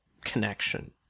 connection